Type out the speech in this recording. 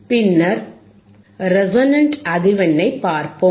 பின்னர் ரெசோனன்ட் அதிர்வெண்ணைப் பார்ப்போம்